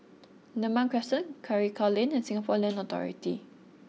Neram Crescent Karikal Lane and Singapore Land Authority